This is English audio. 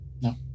No